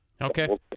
Okay